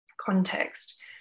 context